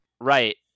Right